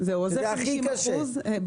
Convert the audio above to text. שזה הכי קשה,